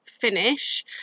finish